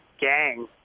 gang